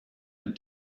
had